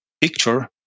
picture